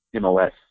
MOS